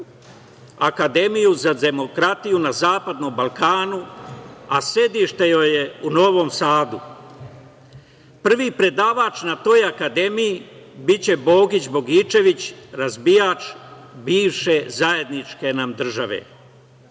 Akademiju za demokratiju na zapadnom Balkanu, a sedište joj je u Novom Sadu. Prvi predavač na toj akademiji biće Bogić Bogićević, razbijač bivše zajedničke nam